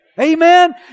Amen